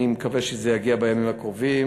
אני מקווה שזה יגיע בימים הקרובים,